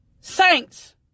Saints